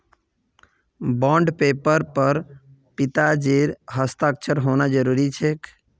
bond पेपरेर पर पिताजीर हस्ताक्षर होना जरूरी छेक